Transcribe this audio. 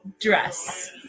dress